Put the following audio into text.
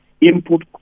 input